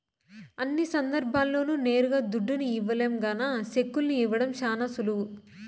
అన్ని సందర్భాల్ల్లోనూ నేరుగా దుడ్డుని ఇవ్వలేం గాన సెక్కుల్ని ఇవ్వడం శానా సులువు